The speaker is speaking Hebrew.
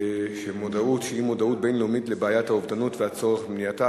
שהיא מודעות בין-לאומית לבעיית האובדנות ולצורך במניעתה,